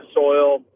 soil